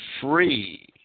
free